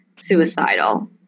suicidal